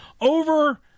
over